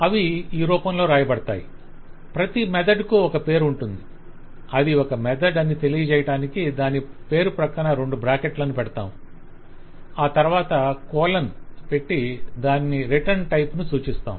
అవి ఈ రూపంలో వ్రాయబడతాయి ప్రతి మెథడ్ కి ఒక పేరు ఉంటుంది అది ఒక మెథడ్ అని తెలియజేయటానికి దాని పేరు ప్రక్కన రెండు బ్రాకెట్లను పెడతాము ఆ తరవాత కోలన్ " పెట్టి దాని రిటర్న్ టైప్ ను సూచిస్తున్నాం